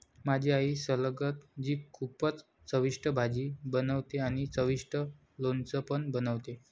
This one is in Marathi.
माझी आई सलगम ची खूपच चविष्ट भाजी बनवते आणि चविष्ट लोणचं पण बनवते